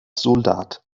soldat